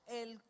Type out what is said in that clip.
el